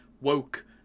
woke